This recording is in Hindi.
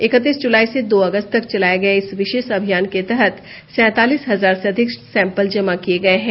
इकतीस जुलाई से दो अगस्त तक चलाए गए इस विशेष अभियान के तहत सैंतालीस हजार से अधिक सैम्पल जमा किए गए हैं